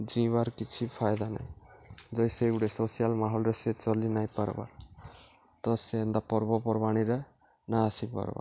ଜିଁବାର୍ କିଛି ଫାଇଦା ନାହିଁ ଯେ ସେ ଗୋଟେ ସୋସିଆଲ୍ ମାହୋଲ୍ରେ ସେ ଚଲି ନାଇଁ ପାର୍ବାର୍ ତ ସେନ୍ତା ପର୍ବପର୍ବାଣିରେ ନାଇ ଆସିପାର୍ବାର୍